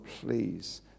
please